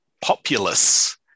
populace